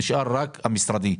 נשאר רק התקציב המשרדי.